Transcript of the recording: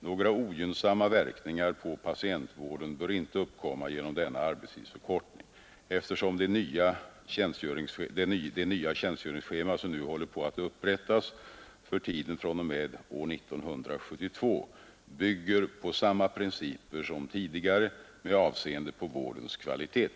Några ogynnsamma verkningar på patientvården bör inte uppkomma genom denna arbetstidsförkortning, eftersom de nya tjänstgöringsscheman som nu håller på att upprättas för tiden fr.o.m. år 1972 bygger på samma principer som tidigare med avseende på vårdens kvalitet.